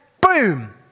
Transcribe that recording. boom